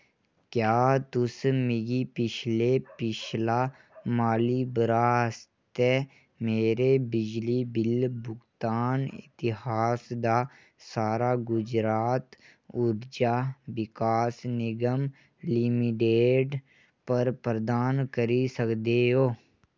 क्या तुस मिगी पिछले पिछला माली ब'रा आस्तै मेरे बिजली बिल भुगतान इतिहास दा सारा गुजरात ऊर्जा विकास निगम लिमिडेट पर प्रदान करी सकदे ओ